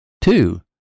Two